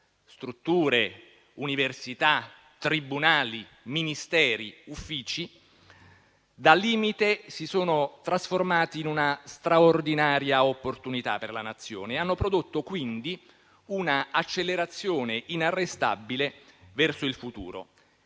strutture, università, tribunali Ministeri e uffici, da limite si sono trasformati in una straordinaria opportunità per la Nazione e hanno prodotto, quindi, un'accelerazione inarrestabile verso il futuro.